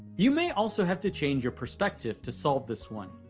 you may also have to change your perspective to solve this one.